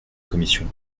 commission